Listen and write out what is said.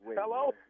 Hello